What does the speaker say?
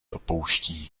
opouští